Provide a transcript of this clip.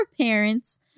parents